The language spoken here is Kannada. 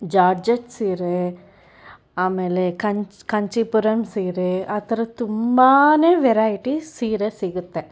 ಜಾರ್ಜೆಟ್ ಸೀರೆ ಆಮೇಲೆ ಕಾಂಚ್ ಕಾಂಚಿಪುರಂ ಸೀರೆ ಆ ಥರದ್ದು ತುಂಬನೇ ವೆರೈಟಿಸ್ ಸೀರೆ ಸಿಗುತ್ತೆ